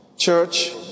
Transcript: Church